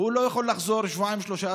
לא יכול לחזור שבועיים-שלושה,